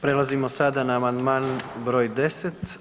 Prelazimo sada na amandman br. 10.